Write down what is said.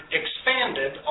expanded